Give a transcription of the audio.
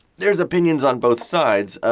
there's opinions on both sides.